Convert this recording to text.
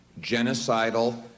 genocidal